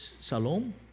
shalom